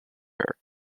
her